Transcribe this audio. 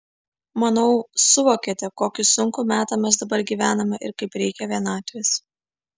manau suvokiate kokį sunkų metą mes dabar gyvename ir kaip reikia vienatvės